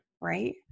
Right